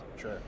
Sure